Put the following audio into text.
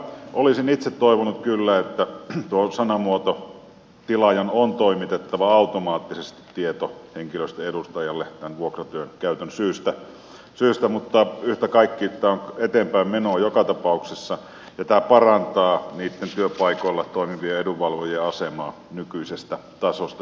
olisin itse toivonut kyllä että tuo sanamuoto kuuluisi tilaajan on toimitettava automaattisesti tieto henkilöstön edustajalle tämän vuokratyön käytön syystä mutta yhtä kaikki tämä on eteenpäinmenoa joka tapauksessa ja tämä parantaa niitten työpaikoilla toimivien edunvalvojien asemaa nykyisestä tasosta jonkun verran